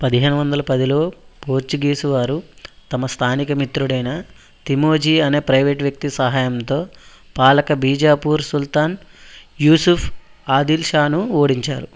పదిహేనువందల పదిలో పోర్చుగీసు వారు తమ స్థానిక మిత్రుడైన తిమోజీ అనే ప్రైవేట్ వ్యక్తి సహాయంతో పాలక బీజాపూర్ సుల్తాన్ యూసుఫ్ ఆదిల్ షాను ఓడించారు